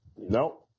Nope